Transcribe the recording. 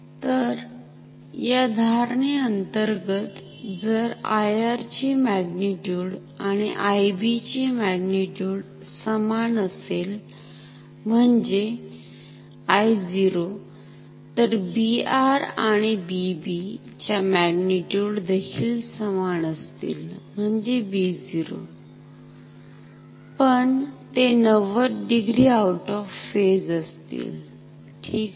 तर या धारणे अंतर्गत जर IR ची मॅग्निट्यूड आणि IB ची मॅग्निट्यूड समान असेल म्हणजे I0 तर BR आणि BB च्या मॅग्निट्यूड देखील समान असतील म्हणजे B0 पण ते 90 डिग्री आउट ऑफ फेज असतील ठीक आहे